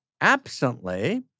absently